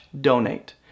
donate